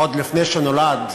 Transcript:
עוד לפני שנולד,